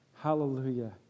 Hallelujah